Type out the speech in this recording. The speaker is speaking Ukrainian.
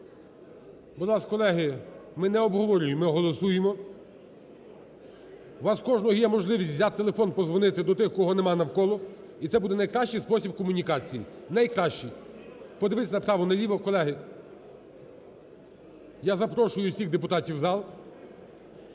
Будь ласка, колеги, ми не обговорюємо, ми голосуємо. У вас кожного є можливість взяти телефон і подзвонити до тих кого немає навколо і це буде найкращий спосіб комунікацій, найкращий подивиться направо і наліво. Колеги, я запрошую усіх депутатів в зал.